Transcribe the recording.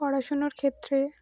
পড়াশোনার ক্ষেত্রে